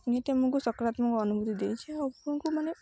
ନିହାତି ଆମକୁ ସକାରାତ୍ମକ ଅନୁଭୁତି ଦେଇଛି ଆଉ ଆପଣଙ୍କୁ ମାନେ